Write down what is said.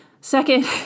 Second